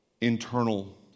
internal